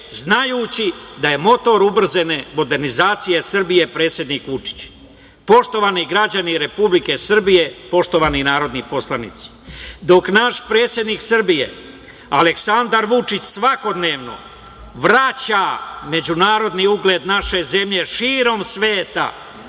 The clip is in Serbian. znajući da je motor ubrzane modernizacije Srbije predsednik Vučić. Poštovani građani Republike Srbije, poštovani narodni poslanici, dok naš predsednik Srbije, Aleksandar Vučić svakodnevno vraća međunarodni ugled naše zemlje širom sveta,